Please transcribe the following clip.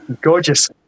gorgeous